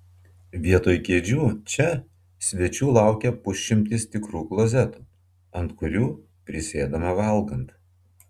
vietoj kėdžių čia svečių laukia pusšimtis tikrų klozetų ant kurių prisėdama valgant